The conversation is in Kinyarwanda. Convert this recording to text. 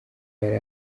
yari